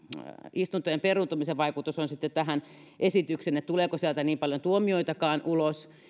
istuntojen peruuntumisen vaikutus on sitten tähän esitykseen tuleeko sieltä niin paljon tuomioitakaan ulos